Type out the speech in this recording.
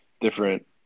different